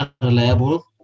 unreliable